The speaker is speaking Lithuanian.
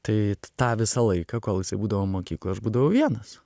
tai t tą visą laiką kol jisai būdavo mokykloj aš būdavau vienas